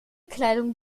kleidung